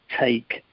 take